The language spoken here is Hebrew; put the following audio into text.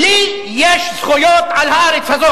כי אני מדבר כבעל הארץ.